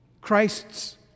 Christ's